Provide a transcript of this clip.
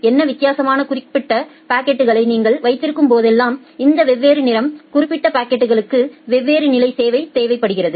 என வித்தியாசமான குறிக்கப்பட்ட பாக்கெட்களை நீங்கள் வைத்திருக்கும் போதெல்லாம் இந்த வெவ்வேறு நிறம் குறிக்கப்பட்ட பாக்கெட்களுக்கு வெவ்வேறு நிலை சேவை தேவைப்படுகிறது